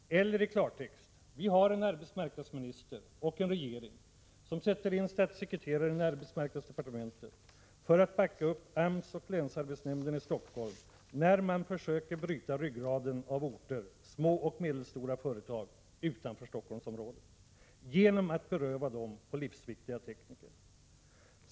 Eller i klartext — vi har en arbetsmarknadsminister och en regering som sätter in statssekreteraren i arbetsmarknadsdepartementet för att backa upp AMS och länsarbetsnämnden i Stockholm när man försöker bryta ryggraden på orter samt små och medelstora företag utanför Stockholmsområdet genom att beröva dem livsviktiga tekniker.